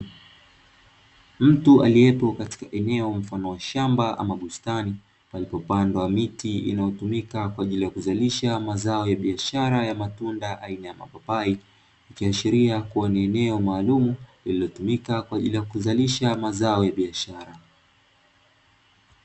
Mtu aliyepo katika eneo mfano wa shamba ama bustani palipo pandwa miti inayotumika kwa ajili ya mazao ya biashara matunda aina ya mapapai, ikiashiria kuwa ni eneo maalumu lililotumika kwa ajili ya kuzalisha mazao ya biashara.